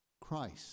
Christ